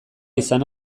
izan